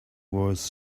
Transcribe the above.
was